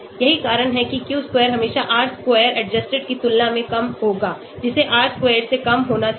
यही कारण है कि Q square हमेशा R square adjusted की तुलना में कम होगा जिसे R square से कम होना चाहिए